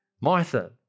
Martha